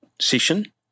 session